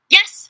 Yes